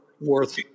worth